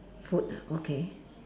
food ah okay